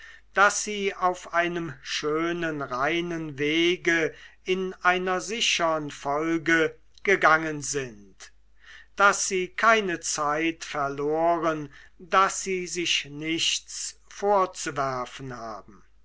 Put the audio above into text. daß sie auf einem schönen reinen wege in einer sichern folge gegangen sind daß sie keine zeit verloren daß sie sich nichts vorzuwerfen haben